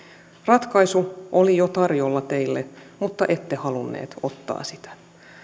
ratkaisu oli jo tarjolla teille mutta ette halunneet ottaa sitä